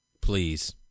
Please